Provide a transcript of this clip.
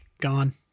gone